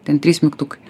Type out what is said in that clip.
ten trys mygtukai